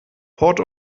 port